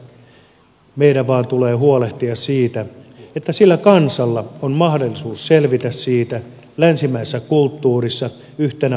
meidän vaan tulee huolehtia siitä että sillä kansalla on mahdollisuus selvitä siitä länsimaisessa kulttuurissa yhtenä osana euta